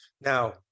now